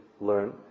learn